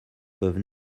peuvent